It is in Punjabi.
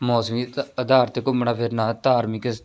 ਮੌਸਮੀ ਧ ਅਧਾਰ 'ਤੇ ਘੁੰਮਣਾ ਫਿਰਨਾ ਧਾਰਮਿਕ